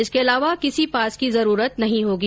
इसके लिए किसी पास की जरूरत नहीं होगी